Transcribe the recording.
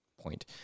point